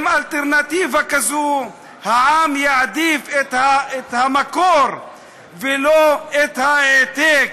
עם אלטרנטיבה כזו העם יעדיף את המקור ולא את ההעתק,